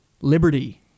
Liberty